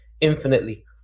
infinitely